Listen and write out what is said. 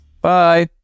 Bye